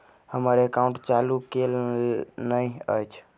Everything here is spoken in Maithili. हम्मर एकाउंट चालू केल नहि अछि?